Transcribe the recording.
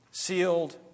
Sealed